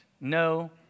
no